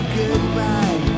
goodbye